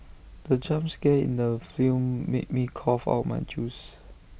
the jump scare in the film made me cough out my juice